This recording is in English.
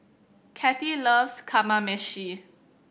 Kattie loves Kamameshi